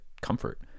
comfort